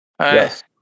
Yes